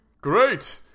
Great